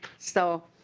so